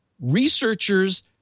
researchers